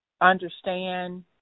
understand